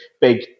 big